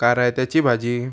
कारायत्याची भाजी